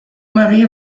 mari